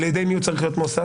על ידי מי הוא צריך להיות מועסק?